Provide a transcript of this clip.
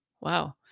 Wow